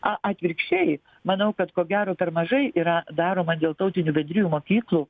a atvirkščiai manau kad ko gero per mažai yra daroma dėl tautinių bendrijų mokyklų